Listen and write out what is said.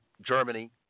Germany